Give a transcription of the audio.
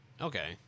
Okay